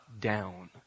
down